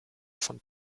von